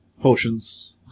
potions